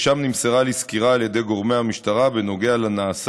ושם נמסרה לי סקירה על ידי גורמי המשטרה על הנעשה,